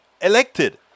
elected